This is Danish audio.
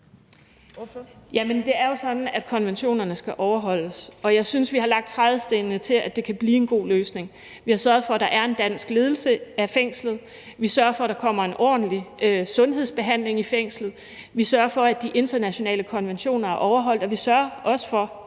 det er jo sådan, at konventionerne skal overholdes, og jeg synes, vi har lagt trædestenene til, at det kan blive en god løsning. Vi har sørget for, at der er en dansk ledelse af fængslet. Vi sørger for, at der kommer en ordentlig sundhedsbehandling i fængslet. Vi sørger for, at de internationale konventioner er overholdt, og vi sørger også for,